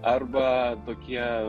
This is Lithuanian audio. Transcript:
arba tokie